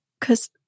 Cause